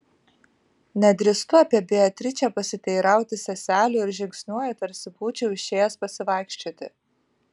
nedrįstu apie beatričę pasiteirauti seselių ir žingsniuoju tarsi būčiau išėjęs pasivaikščioti